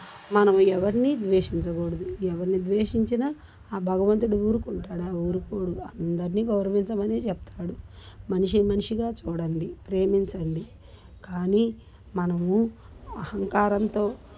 మనం ఎవ్వరిని ద్వేషించగూడదు ఎవ్వరిని ద్వేషించినా ఆ భగవంతుడు ఊరుకుంటాడా ఊరుకోడు అందరిని గౌరవించమనే చెప్తాడు మనిషిని మనిషిగా చూడండి ప్రేమించండి కానీ మనము అహంకారంతో